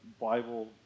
Bible